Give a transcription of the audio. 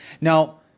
Now